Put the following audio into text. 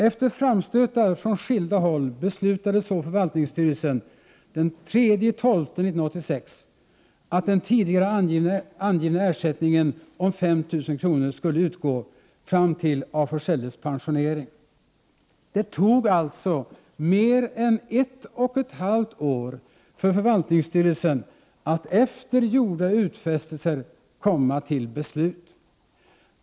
Efter framstötar från skilda håll beslutade så förvaltningssty relsen den 3 december 1986 att den tidigare angivna ersättningen om 5 000 kr. skulle utgå fram till af Forselles pensionering. Det tog alltså mer än ett och ett halvt år för förvaltningsstyrelsen att efter gjorda utfästelser komma till beslut.